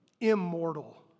immortal